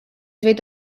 võid